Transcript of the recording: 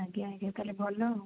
ଆଜ୍ଞା ଆଜ୍ଞା ତାହେଲେ ଭଲ ଆଉ